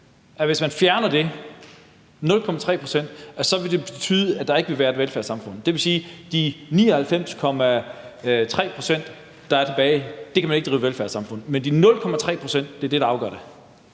hvis man fjerner 0,3 pct., vil det betyde, at der ikke vil være et velfærdssamfund? Det vil sige, at de 99,3 pct., der er tilbage, kan man ikke drive et velfærdssamfund for, men 0,3 pct. er det, der afgør det.